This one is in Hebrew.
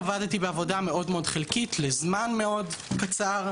עבדתי בעבודה מאוד מאוד חלקית, לזמן מאוד קצר.